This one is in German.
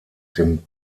dem